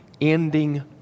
ending